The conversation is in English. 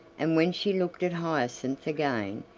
and when she looked at hyacinth again,